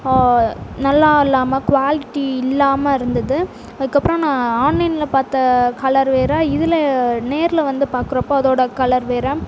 நல்லா இல்லாமல் குவால்ட்டி இல்லாமல் இருந்தது அதுக்கப்புறம் நான் ஆன்லைனில் பார்த்த கலர் வேற இதில் நேரில் வந்து பாக்கிறப்போ அதோட கலர் வேற